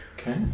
Okay